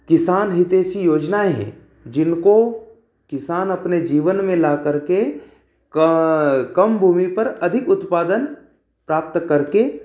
किसान हितैषी योजनाएं हैं जिनको किसान अपने जीवन में ला करके कम भूमि पर अधिक उत्पादन प्राप्त करके